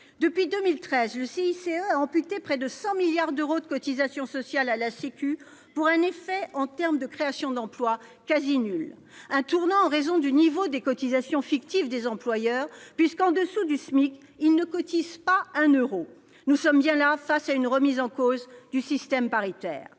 depuis 2013, le CICE a amputé de près de 100 milliards d'euros les cotisations sociales à la Sécu pour un effet en termes de création d'emplois quasi nul ! C'est aussi un tournant en raison du niveau des cotisations fictives des employeurs, puisque, en dessous du Smic, ils ne cotisent pas un euro ! Nous sommes bien là face à une remise en cause du système paritaire.